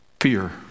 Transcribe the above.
fear